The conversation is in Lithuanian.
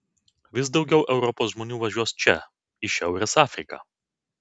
vis daugiau europos žmonių važiuos čia į šiaurės afriką